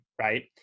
right